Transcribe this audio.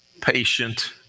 patient